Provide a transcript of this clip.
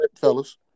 fellas